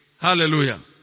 Hallelujah